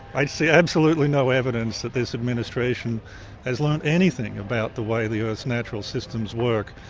i see absolutely no evidence that this administration has learnt anything about the way the earth's natural systems work,